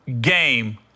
game